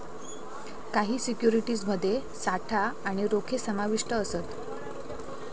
काही सिक्युरिटीज मध्ये साठा आणि रोखे समाविष्ट असत